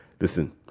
Listen